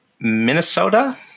Minnesota